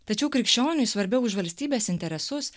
tačiau krikščioniui svarbiau už valstybės interesus